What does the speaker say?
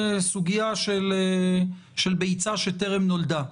זו סוגיה של ביצה שטרם נולדה.